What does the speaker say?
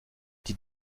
die